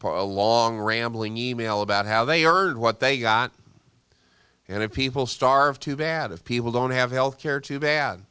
a long rambling e mail about how they earned what they got and if people starve too bad if people don't have health care too bad